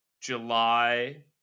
July